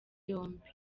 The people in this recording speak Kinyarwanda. yombi